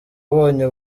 umubonye